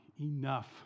enough